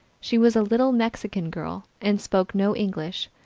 she was a little mexican girl, and spoke no english.